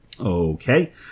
Okay